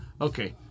Okay